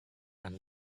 and